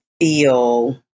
feel